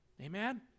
Amen